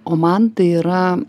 o man tai yra